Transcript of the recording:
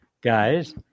guys